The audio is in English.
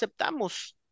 aceptamos